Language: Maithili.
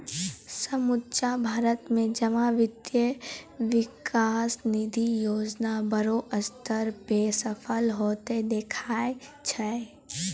समुच्चा भारत मे जमा वित्त विकास निधि योजना बड़ो स्तर पे सफल होतें देखाय छै